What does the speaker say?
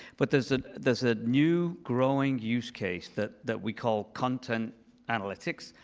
but there's ah there's a new growing use case that that we call content analytics,